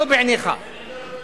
לא בעיניך.